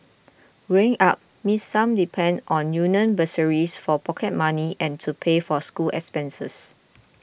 growing up Miss Sum depended on union bursaries for pocket money and to pay for school expenses